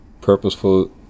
purposeful